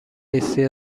لیستی